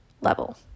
level